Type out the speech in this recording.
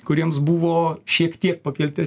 kuriems buvo šiek tiek pakelti